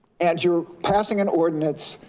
and you're passing an ordinance,